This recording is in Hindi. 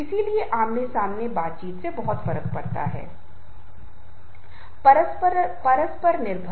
इसलिए एक नेता के लिए नंबर एक दो चीजें बहुत महत्वपूर्ण हैं